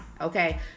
okay